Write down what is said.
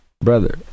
brother